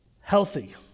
healthy